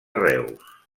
reus